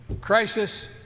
Crisis